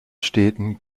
städten